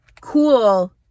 cool